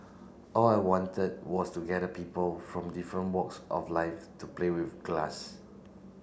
all I wanted was to gather people from different walks of life to play with glass